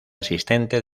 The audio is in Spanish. asistente